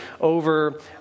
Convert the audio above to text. over